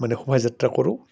মানে শোভাযাত্ৰা কৰোঁ